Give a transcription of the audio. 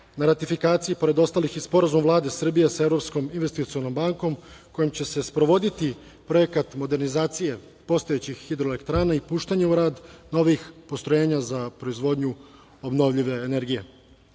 na ratifikaciji, pored ostalih, i Sporazum Vlade Srbije sa Evropskom investicionom bankom, kojim će se sprovoditi projekat modernizacije postojećih hidroelektrana i puštanje u rad novih postrojenja za proizvodnju obnovljive